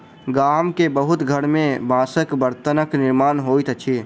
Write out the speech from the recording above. गाम के बहुत घर में बांसक बर्तनक निर्माण होइत अछि